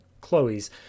Chloe's